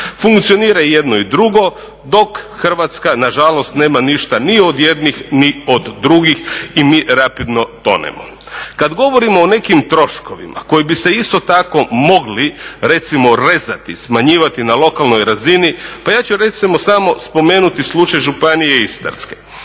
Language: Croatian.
Funkcionira jedno i drugo dok Hrvatska na žalost nema ništa ni od jednih ni od drugih i mi rapidno tonemo. Kad govorimo o nekim troškovima koji bi se isto tako mogli recimo rezati, smanjivati na lokalnoj razini pa ja ću recimo samo spomenuti slučaj Županije Istarske.